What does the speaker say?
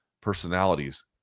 personalities